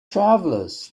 travelers